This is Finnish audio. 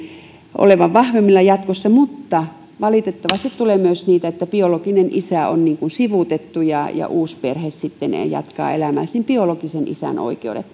olevan vahvemmilla jatkossa mutta valitettavasti tulee myös niitä että biologinen isä on sivuutettu ja ja uusperhe jatkaa elämää sen biologisen isän oikeudet